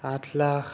আঠ লাখ